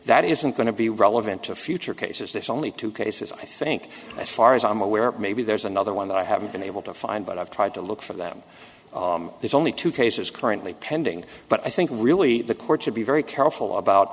that isn't going to be relevant to future cases there's only two cases i think as far as i'm aware maybe there's another one that i haven't been able to find but i've tried to look for them there's only two cases currently pending but i think really the court should be very careful about